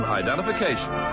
identification